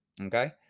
okay